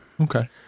Okay